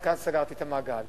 וכאן סגרתי את המעגל.